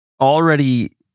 already